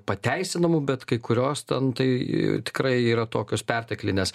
pateisinamų bet kai kurios ten tai tikrai yra tokios perteklinės